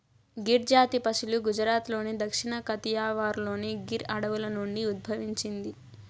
గిర్ జాతి పసులు గుజరాత్లోని దక్షిణ కతియావార్లోని గిర్ అడవుల నుండి ఉద్భవించింది